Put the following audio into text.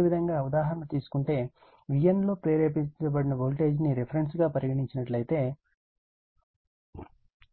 అదేవిధంగా ఉదాహరణ తీసుకుంటే Vn లో ప్రేరేపించబడిన వోల్టేజ్ ను రిఫరెన్స్ గా పరిగణించినట్లయితే